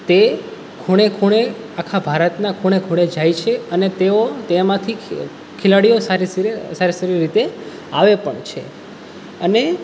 તે ખૂણે ખૂણે આખા ભારતના ખૂણે ખૂણે જાય છે અને તેઓ તેમાંથી ખેલાડીઓ સારી સારી રીતે આવે પણ છે અને